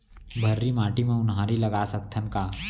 भर्री माटी म उनहारी लगा सकथन का?